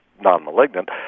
non-malignant